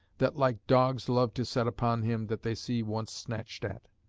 that like dogs love to set upon him that they see once snatched at.